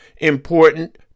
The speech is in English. important